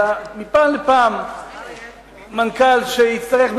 אלא מפעם לפעם מנכ"ל שיצטרך,